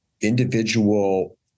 individual